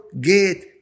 gate